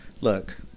look